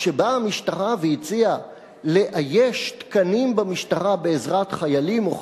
כשבאה המשטרה והציעה לאייש תקנים במשטרה בעזרת חיילים או חיילות,